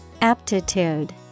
Aptitude